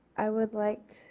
i would like.